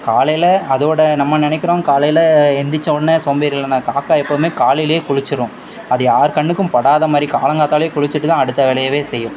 காலையில அதோடு நாம்ம நினைக்குறோம் காலையில எழுந்திரிச்சோன்னா சோம்பேறி இல்லைன்னு காக்காய் எப்போதுமே காலையிலயே குளிச்சிடும் அது யார் கண்ணுக்கும் படாத மாதிரி காலங்கார்த்தாலையே குளிச்சுட்டு தான் அடுத்த வேலையைவே செய்யும்